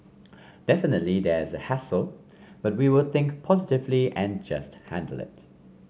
definitely there's a hassle but we will think positively and just handle it